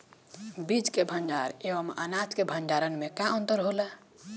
बीज के भंडार औरी अनाज के भंडारन में का अंतर होला?